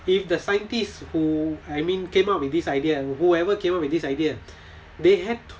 if the scientists who I mean came up with this idea whoever came up with this idea they had